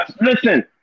Listen